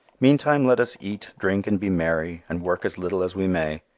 meantime let us eat, drink and be merry and work as little as we may.